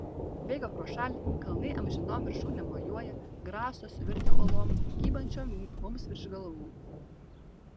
bėga pro šalį kalnai amžinom viršūnėm mojuoja graso suvirtę uolom kybančiom mums virš galvų